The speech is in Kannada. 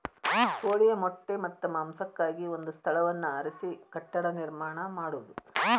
ಕೋಳಿಯ ಮೊಟ್ಟೆ ಮತ್ತ ಮಾಂಸಕ್ಕಾಗಿ ಒಂದ ಸ್ಥಳವನ್ನ ಆರಿಸಿ ಕಟ್ಟಡಾ ನಿರ್ಮಾಣಾ ಮಾಡುದು